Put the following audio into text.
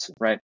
right